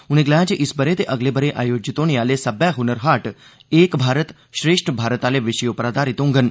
उनें गलाया जे इस ब'रे ते अगले ब'रे आयोजित होने आहले सब्बै हनर हाट 'एक भारत श्रेष्ठ भारत' आहले विशे पर आधारित होङन